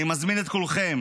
אני מזמין את כולכם